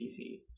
PC